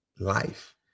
life